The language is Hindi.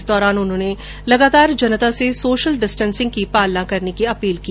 इस दौरान उन्होंने लगातार जनता से सोशल डिस्टेंसिंग की पालना करने की अपील की